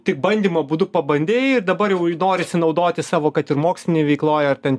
tik bandymo būdu pabandei ir dabar jau norisi naudoti savo kad ir mokslinėj veikloj ar ten